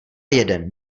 jeden